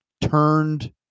turned